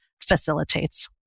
facilitates